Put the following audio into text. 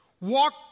Walk